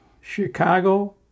Chicago